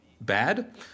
bad